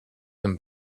them